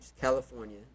California